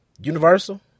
universal